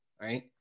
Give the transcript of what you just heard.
right